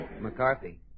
McCarthy